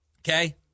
Okay